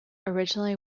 originally